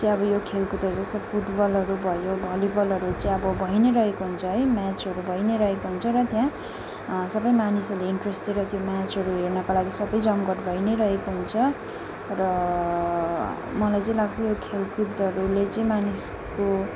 अब यो खेलकुदहरू जस्तै फुटबलहरू भयो भलिबलहरू चाहिँ अब भई नै रहेको हुन्छ है म्याचहरू भई नै रहेको हुन्छ र त्यहाँ सबै मानिसहरूले इन्ट्रेस्ट दिएर त्यो म्याचहरू हेर्नका लागि सबै जमघट भई नै रहेको हुन्छ र मलाई चाहिँ लाग्छ यो खेलकुदहरूले चाहिँ मानिसको